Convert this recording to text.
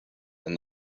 and